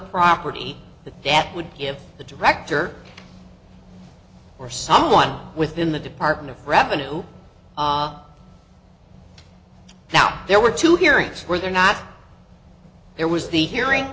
property that that would give the director or someone within the department of revenue now there were two hearings were there not there was the hearing